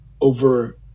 over